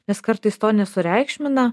nes kartais to nesureikšmina